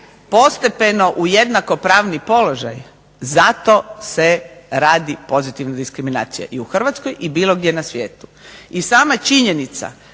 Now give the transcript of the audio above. postepeno u jednakopravni položaj zato se radi pozitivna diskriminacija i u Hrvatskoj i bilo gdje na svijetu. I sama činjenica